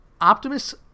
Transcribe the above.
Optimus